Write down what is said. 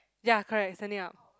ya correct standing up